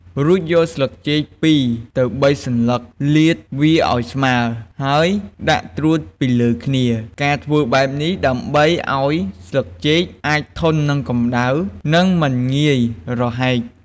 រួចយកស្លឹកចេក ២ទៅ៣សន្លឹកលាតវាឱ្យស្មើ ហើយដាក់ត្រួតពីលើគ្នា ការធ្វើបែបនេះដើម្បីឱ្យស្លឹកចេកអាចធន់នឹងកម្តៅ និងមិនងាយរហែក។